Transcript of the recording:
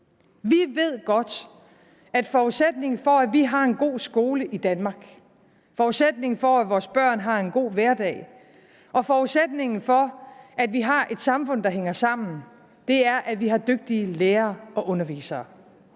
Vi ved godt, at forudsætningen for, at vi har en god skole i Danmark, forudsætningen for, at vores børn har en god hverdag, og forudsætningen for, at vi har et samfund, der hænger sammen, er, at vi har dygtige lærere og undervisere.